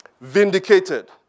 vindicated